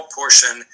portion